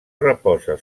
reposa